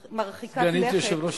מרחיקה לכת, סגנית יושב-ראש הכנסת,